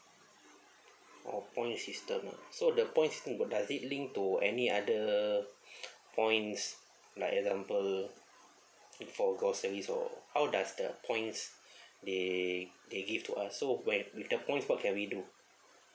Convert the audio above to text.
oh points system lah so the point system would does it link to any other points like example maybe for groceries or how does the points they they give to us so when with the points what can we do